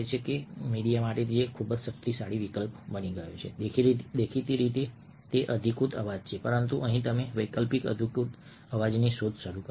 તેથી તે મીડિયા માટે ખૂબ જ શક્તિશાળી વિકલ્પ બની ગયો છે જે દેખીતી રીતે અધિકૃત અવાજ છે પરંતુ અહીં તમે વૈકલ્પિક અધિકૃત અવાજની શોધ શરૂ કરી છે